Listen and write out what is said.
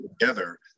together